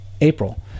April